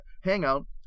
hangout